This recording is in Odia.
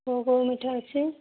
କେଉଁ କେଉଁ ମିଠା ଅଛି